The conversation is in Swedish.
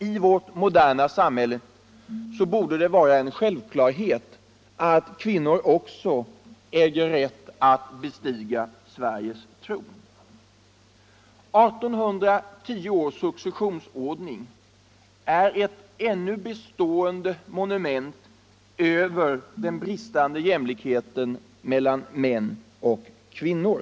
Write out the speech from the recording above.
I vårt moderna samhälle borde det vara en självklarhet att också kvinnor äger rätt att bestiga Sveriges tron. 1810 års successionsordning är ett ännu bestående monument över den bristande jämlikheten mellan män och kvinnor.